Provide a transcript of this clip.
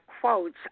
quotes